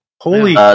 Holy